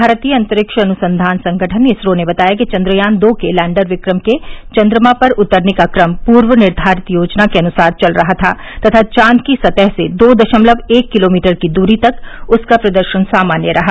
भारतीय अंतरिक्ष अनुसंघान संगठन इसरो ने बताया कि चन्द्रयान दो के लैण्डर विक्रम के चन्द्रमा पर उतरने का क्रम पूर्व निर्धारित योजना के अनुसार चल रहा था तथा चॉद की सतह से दो दशमलव एक किलोमीटर की दूरी तक उसका प्रदर्शन सामान्य रहा